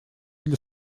для